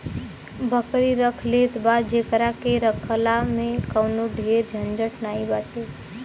बकरी रख लेत बा जेकरा के रखला में कवनो ढेर झंझट नाइ बाटे